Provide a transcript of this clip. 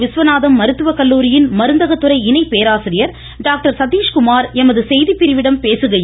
விஸ்வநாதம் மருத்துவக் கல்லூரியின் மருந்தகத் துறை இணைபேராசிரியர் டாக்டர் சதீஷ் குமார் எமது செய்திப்பிரிவிடம் பேசுகையில்